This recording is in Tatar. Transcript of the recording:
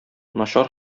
начар